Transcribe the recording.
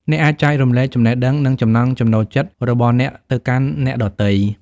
អ្នកអាចចែករំលែកចំណេះដឹង និងចំណង់ចំណូលចិត្តរបស់អ្នកទៅកាន់អ្នកដទៃ។